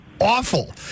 awful